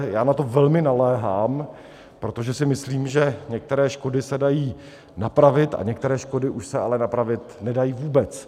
Já na to velmi naléhám, protože si myslím, že některé škody se dají napravit, a některé škody už se ale napravit nedají vůbec.